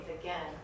again